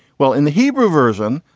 well, in the hebrew version,